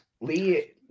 Lee